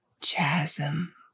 chasm